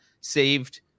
saved